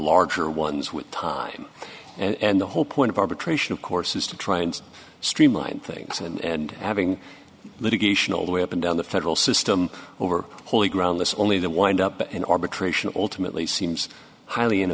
larger ones with time and the whole point of arbitration of course is to try and streamline things and having litigation all the way up and down the federal system over holy ground this only the wind up in arbitration alternately seems highly in